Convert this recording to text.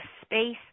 space